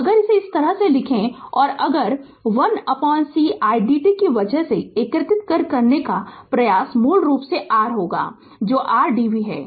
तो अगर इस तरह लिखते हैं और अगर 1c idt की वजह से एकीकृत करने का प्रयास मूल रूप से r होगा जो r dv है